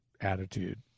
attitude